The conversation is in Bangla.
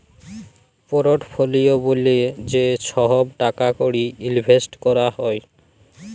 পোরটফলিও ব্যলে যে ছহব টাকা কড়ি ইলভেসট ক্যরা হ্যয়